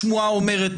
השמועה אומרת,